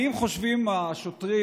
האם חושבים השוטרים,